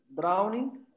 drowning